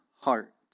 heart